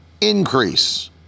increase